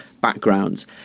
backgrounds